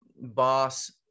boss